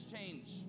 change